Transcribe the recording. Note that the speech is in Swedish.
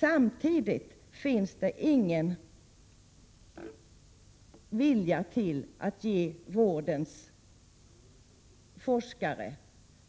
Samtidigt finns det emellertid inte någon vilja att ge vårdens forskare